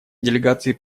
делегации